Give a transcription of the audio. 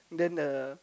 then a